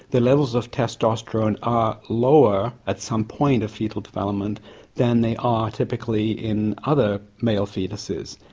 the levels of testosterone are lower at some point of foetal development than they are typically in other male foetuses,